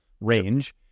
range